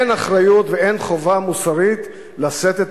אין אחריות ואין חובה מוסרית לשאת את